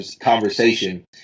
conversation